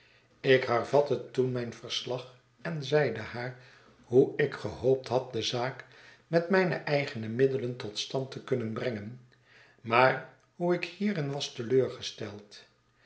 ik hervatte toen mijn verslag en zeide haar hoe ik gehoopt had de zaak met mijne eigene middelen tot stand te kunnen brengen maar hoe ik hierin was